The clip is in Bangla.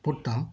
পড়তাম